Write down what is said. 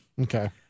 Okay